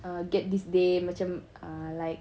get this day macam ah like